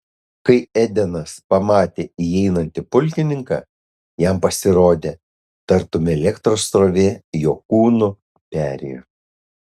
kai edenas pamatė įeinantį pulkininką jam pasirodė tartum elektros srovė jo kūnu perėjo